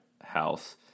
house